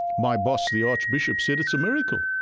my boss, the archbishop, said it's a miracle.